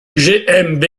gmbh